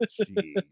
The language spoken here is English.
Jeez